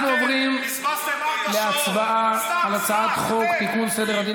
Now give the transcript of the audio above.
אנחנו עוברים להצבעה על הצעת חוק סדר הדין